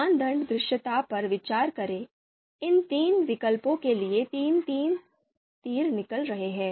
मानदंड दृश्यता पर विचार करें इन तीन विकल्पों के लिए तीन तीर निकल रहे हैं